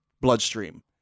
bloodstream